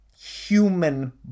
human